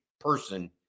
person